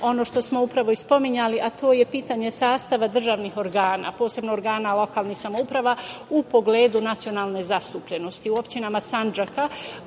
ono što smo upravo i spominjali a to je pitanje sastava državnih organa, posebno organa lokalnih samouprava u pogledu nacionalne zastupljenosti. U opštinama Sandžaka